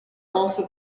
also